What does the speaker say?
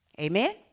Amen